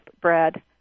bread